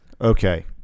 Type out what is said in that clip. Okay